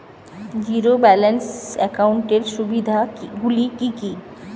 Zero balance একাউন্টের সুবিধা গুলি কি কি?